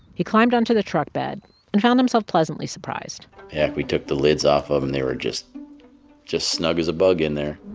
he climbed onto the truck bed and found himself pleasantly surprised after yeah we took the lids off of them, they were just just snug as a bug in there